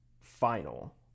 final